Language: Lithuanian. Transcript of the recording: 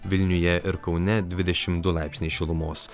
vilniuje ir kaune dvidešim du laipsniai šilumos